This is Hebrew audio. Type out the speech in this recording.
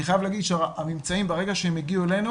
אני חייב לומר שברגע שהגיעו אלינו